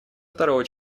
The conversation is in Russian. второго